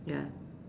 ya